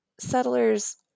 settlers